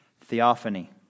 theophany